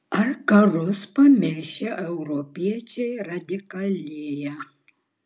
ar karus pamiršę europiečiai radikalėja